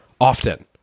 often